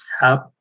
help